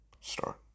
start